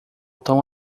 tão